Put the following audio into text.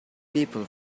people